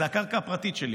זו הקרקע הפרטית שלי,